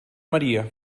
maria